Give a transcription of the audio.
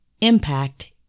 impact